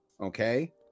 okay